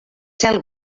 cel